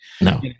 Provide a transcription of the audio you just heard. No